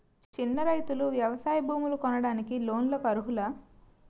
చిన్న రైతులు వ్యవసాయ భూములు కొనడానికి లోన్ లకు అర్హులా?